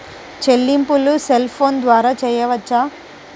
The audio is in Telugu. చెల్లింపులు సెల్ ఫోన్ ద్వారా చేయవచ్చా?